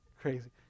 Crazy